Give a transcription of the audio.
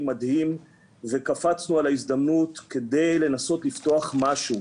מדהים וקפצנו על ההזדמנות כדי לנסות לפתוח משהו.